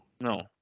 No